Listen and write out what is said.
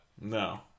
No